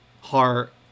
heart